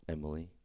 Emily